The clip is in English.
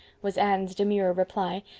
was anne's demure reply,